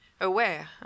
aware